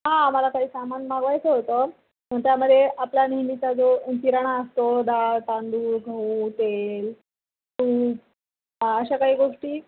हां मला काही सामान मागवायचं होतं आणि त्यामध्ये आपला नेहमीचा जो किराणा असतो डाळ तांदूळ गहू तेल अशा काही गोष्टी